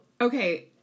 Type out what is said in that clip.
okay